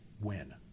win